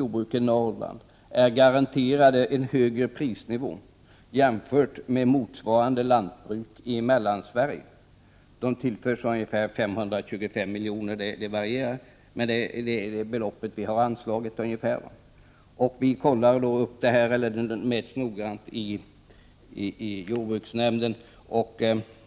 Jordbruk i Norrland är garanterade en högre prisnivå än motsvarande lantbruk i Mellansverige. Jordbruken i Norrland tillförs ungefär 525 milj.kr. Det varierar, men detta är det belopp vi har anslagit. Man gör noggranna mätningar i jordbruksnämnden, och